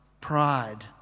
pride